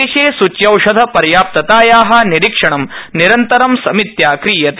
देशे सूच्यौषध पर्याप्तताया निरीक्षणं निरन्तरं समित्या क्रियते